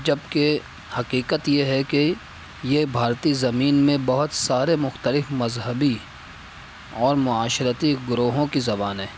جب کہ حقیقت یہ ہے کہ یہ بھارتی زمین میں بہت سارے مختلف مذہبی اور معاشرتی گروہوں کی زبان ہیں